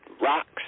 Rocks